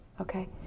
Okay